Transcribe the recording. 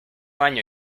año